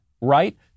right